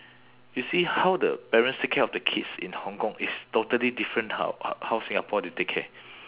you see how the parents take care of the kids in hong kong is totally different how h~ how singapore they take care